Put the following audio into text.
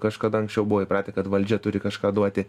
kažkada anksčiau buvo įpratę kad valdžia turi kažką duoti